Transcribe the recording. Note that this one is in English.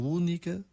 única